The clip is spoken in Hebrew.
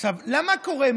מה קורה?